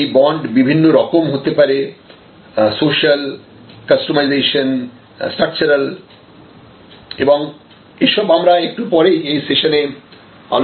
এই বন্ড বিভিন্ন রকম হতে পারে সোশাল কাস্টোমাইজেশন স্ট্রাকচারাল এবং এসব আমরা একটু পরেই এই সেশনে আলোচনা করব